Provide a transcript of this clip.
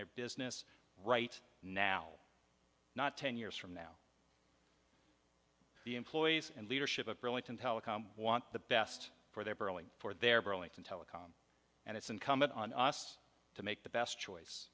their business right now not ten years from now the employees and leadership of burlington telecom want the best for their borrowing for their burlington telecom and it's incumbent on us to make the best choice